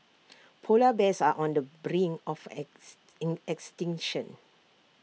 Polar Bears are on the brink of ex in extinction